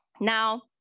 Now